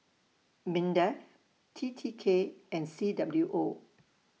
Mindef T T K and C W O